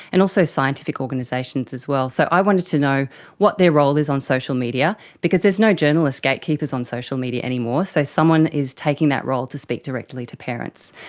and also scientific organisations as well. so i wanted to know what their role is on social media because there's no journalist gatekeepers on social media anymore, so someone is taking that role to speak directly to parents.